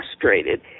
frustrated